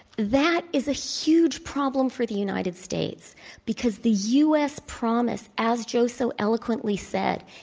that is a huge problem for the united states because the u. s. promise, as joe so eloquently said,